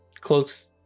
Cloak's